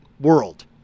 world